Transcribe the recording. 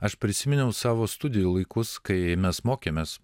aš prisiminiau savo studijų laikus kai mes mokėmės